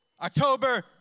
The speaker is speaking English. October